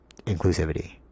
inclusivity